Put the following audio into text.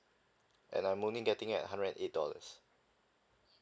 and I'm only getting at hundred and eight dollars